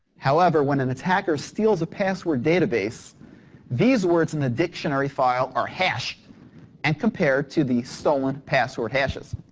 however, when an attacker steals a password database these words in the dictionary file or hash and compare to the stolen password hashes.